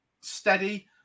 steady